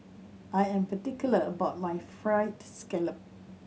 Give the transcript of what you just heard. I am particular about my Fried Scallop